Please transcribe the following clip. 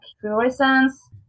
fluorescence